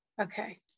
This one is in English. Okay